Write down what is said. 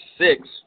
six